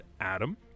Adam